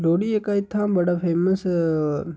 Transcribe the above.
लोह्ड़ी इक इत्थें दा बड़ा फेमस